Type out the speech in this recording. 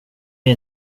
jag